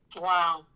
wow